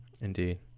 Indeed